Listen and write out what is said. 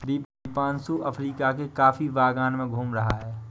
Deepanshu Africa के coffee बागान में घूम रहा है